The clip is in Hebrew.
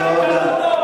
את מוסד הרבנות.